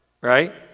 right